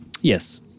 Yes